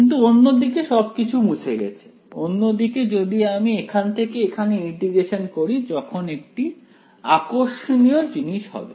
কিন্তু অন্যদিকে সবকিছু মুছে গেছে অন্যদিকে যদি আমি এখান থেকে এখানে ইন্টিগ্রেশন করি তখন একটি আকর্ষণীয় জিনিস হবে